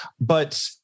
but-